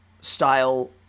style